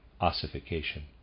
ossification